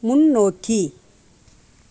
முன்னோக்கி